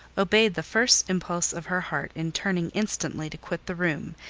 obeyed the first impulse of her heart in turning instantly to quit the room,